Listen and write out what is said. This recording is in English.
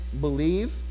believe